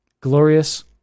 glorious